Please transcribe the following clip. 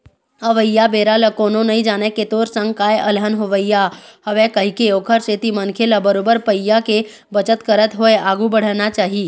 अवइया बेरा ल कोनो नइ जानय के तोर संग काय अलहन होवइया हवय कहिके ओखर सेती मनखे ल बरोबर पइया के बचत करत होय आघु बड़हना चाही